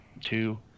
two